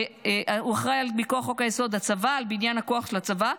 על בניין הכוח לצבא,